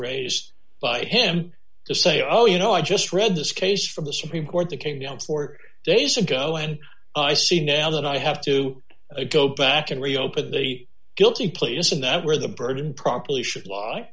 raised by him to say oh you know i just read this case from the supreme court that came you know four days ago and i see now that i have to go back and reopen the guilty plea isn't that where the burden properly should lie